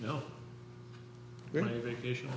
know really big issue